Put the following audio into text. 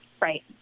Right